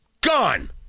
Gone